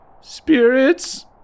Spirits